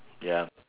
ya